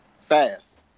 fast